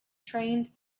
trained